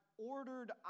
ordered